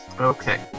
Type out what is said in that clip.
Okay